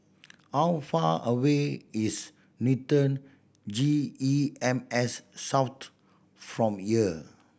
how far away is Newton G E M S South from here